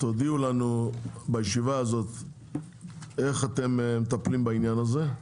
תודיעו לנו בישיבה הזאת איך אתם מטפלים בעניין הזה.